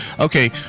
Okay